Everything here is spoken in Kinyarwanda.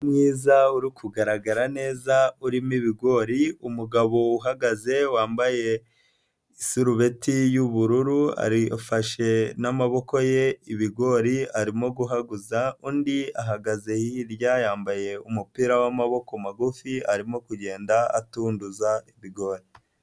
Mwiza uri kugaragara neza urimo ibigori, umugabo uhagaze wambaye isarubeti y'ubururu arifashe n'amaboko ye ibigori arimo guhaguza, undi ahagaze hirya yambaye umupira w'amaboko magufi arimo kugenda atunduza ibigori.